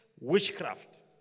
witchcraft